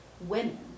women